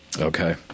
Okay